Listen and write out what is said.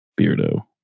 Beardo